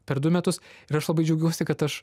per du metus ir aš labai džiaugiuosi kad aš